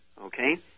okay